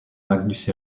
magnus